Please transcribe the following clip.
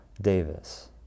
Davis